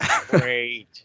Great